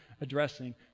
addressing